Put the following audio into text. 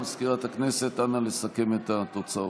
מזכירת הכנסת, אנא, לסכם את התוצאות.